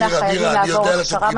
חייבים לעבור הכשרה מתאימה -- מירה,